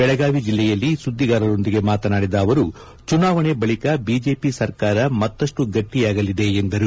ಬೆಳಗಾವಿ ಬೆಲ್ಲೆಯಲ್ಲಿ ಸುದ್ದಿಗಾರರೊಂದಿಗೆ ಮಾತನಾಡಿದ ಅವರು ಚುನಾವಣೆ ಬಳಿಕ ಬಿಜೆಪಿ ಸರ್ಕಾರ ಮತ್ತಷ್ಟು ಗಟ್ಟಿಯಾಗಲಿದೆ ಎಂದರು